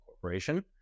corporation